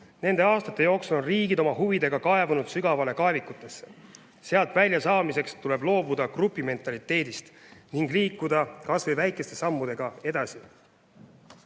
Nende aastate jooksul on riigid oma huvidega kaevunud sügavale kaevikutesse. Sealt väljasaamiseks tuleb loobuda grupimentaliteedist ning liikuda kas või väikeste sammudega edasi.